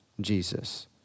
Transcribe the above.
Jesus